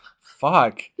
Fuck